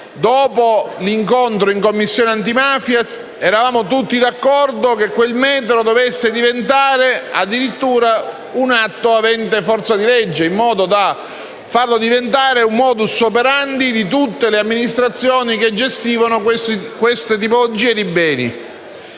dopo l'incontro in Commissione antimafia eravamo tutti d'accordo che quella misura dovesse diventare addirittura un atto avente forza di legge, in modo tale da farlo diventare un *modus operandi* di tutte le amministrazioni che gestiscono questa tipologia di beni.